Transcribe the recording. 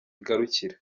igarukira